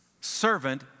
servant